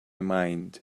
mind